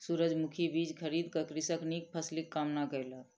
सूरजमुखी बीज खरीद क कृषक नीक फसिलक कामना कयलक